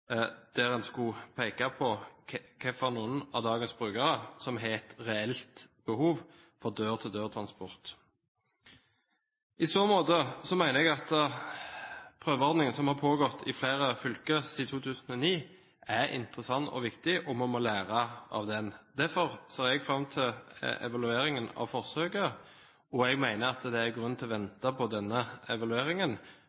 der en skal peke på hvem av dagens brukere som har et reelt behov for dør-til-dør-transport. I så måte mener jeg at prøveordningen som har pågått i flere fylker siden 2009, er interessant og viktig, og man må lære av den. Derfor ser jeg fram til evalueringen av forsøket, og jeg mener at det er grunn til å